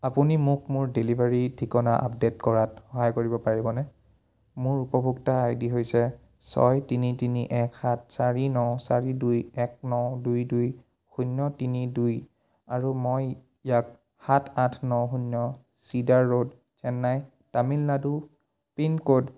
আপুনি মোক মোৰ ডেলিভাৰী ঠিকনা আপডে'ট কৰাত সহায় কৰিব পাৰিবনে মোৰ উপভোক্তা আই ডি হৈছে ছয় তিনি তিনি এক সাত চাৰি ন চাৰি দুই এক ন দুই দুই শূন্য তিনি দুই আৰু মই ইয়াক সাত আঠ ন শূন্য cedar road Chennai Tamil Nadu pincode